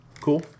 Cool